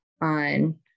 on